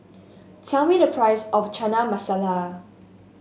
tell me the price of Chana Masala